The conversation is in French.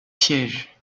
sièges